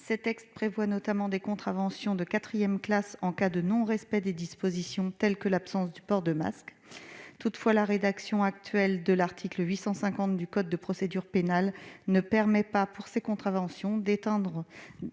Ce texte prévoit, notamment, des contraventions de quatrième classe en cas de non-respect de dispositions telles que l'absence de port du masque. Toutefois, la rédaction actuelle de l'article 850 du code de procédure pénale ne permet pas, pour ces contraventions, d'éteindre